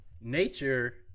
nature